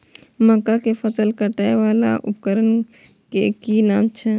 मक्का के फसल कै काटय वाला उपकरण के कि नाम छै?